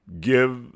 Give